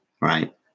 right